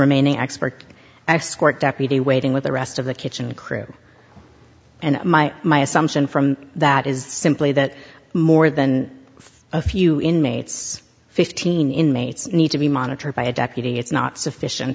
remaining expert i scored deputy waiting with the rest of the kitchen crew and my my assumption from that is simply that more than a few inmates fifteen inmates need to be monitored by a deputy it's not sufficient